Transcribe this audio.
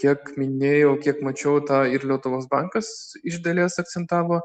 kiek minėjau kiek mačiau tą ir lietuvos bankas iš dalies akcentavo